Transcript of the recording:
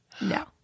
No